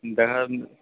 दैहर